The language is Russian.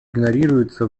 игнорируется